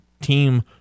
team